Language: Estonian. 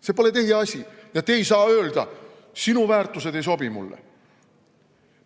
See pole teie asi! Ja te ei saa öelda: "Sinu väärtused ei sobi mulle."